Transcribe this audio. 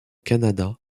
canada